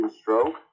stroke